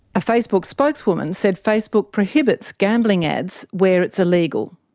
a facebook spokeswoman said facebook prohibits gambling ads where it's illegal.